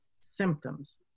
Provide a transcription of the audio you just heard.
symptoms